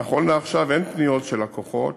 נכון לעכשיו אין פניות של לקוחות